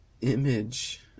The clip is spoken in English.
image